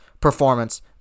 performance